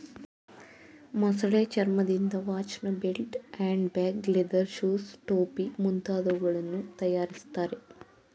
ಮೊಸಳೆ ಚರ್ಮದಿಂದ ವಾಚ್ನ belt, hand bag, leather shoes, ಟೋಪಿ ಮುಂತಾದವುಗಳನ್ನು ತರಯಾರಿಸ್ತರೆ